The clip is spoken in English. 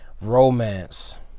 Romance